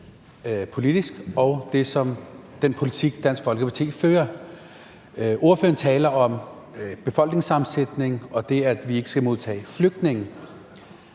politisk, og den politik, som Dansk Folkeparti fører. Ordføreren taler om befolkningssammensætning og det, at vi ikke skal modtage flygtninge,